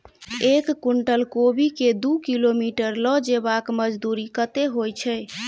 एक कुनटल कोबी केँ दु किलोमीटर लऽ जेबाक मजदूरी कत्ते होइ छै?